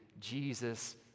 Jesus